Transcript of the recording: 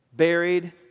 buried